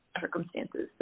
circumstances